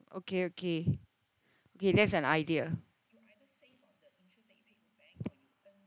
okay okay okay that's an idea